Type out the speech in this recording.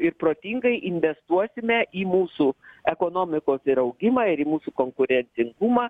ir protingai investuosime į mūsų ekonomikos ir augimą ir į mūsų konkurencingumą